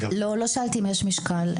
לא שאלתי אם יש משקל.